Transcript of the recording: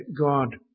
God